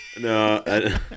No